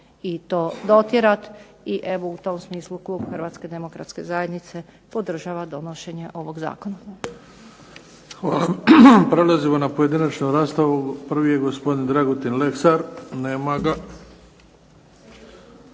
i to dotjerati i evo u tom smislu Klub Hrvatske demokratske zajednice podržava donošenje ovog Zakona.